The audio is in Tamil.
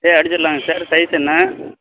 சரி அடிச்சிடலாங்க சார் சைஸ் என்ன